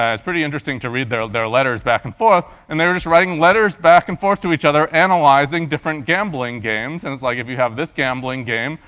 ah it's pretty interesting to read their their letters back and forth, and they were just writing letters back and forth to each other analyzing different gambling games, and it's like, if you have this gambling game,